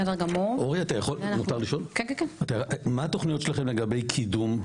מה התוכניות שלכם לגבי קידום?